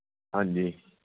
ਹਾਂਜੀ